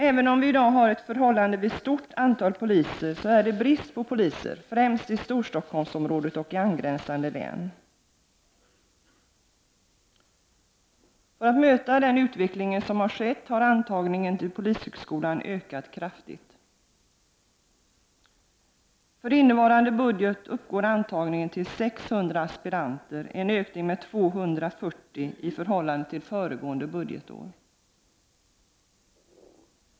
Även om vi i dag har ett förhållandevis stort antal poliser råder det brist på poliser, främst i Storstockholmsområdet och i angränsande län. För att möta den utveckling som skett har antagningen till polishögskolan ökat kraftigt. För innevarande budgetår uppgår antagningen till 600 aspiranter — en ökning med 240 i förhållande till föregående budgetår.